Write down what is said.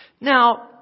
Now